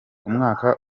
umwaka